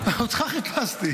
אותך חיפשתי.